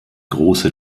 große